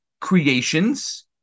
creations